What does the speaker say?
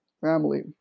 family